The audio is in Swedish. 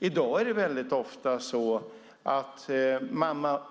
I dag är det ofta så att